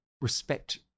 respect